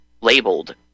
labeled